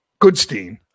Goodstein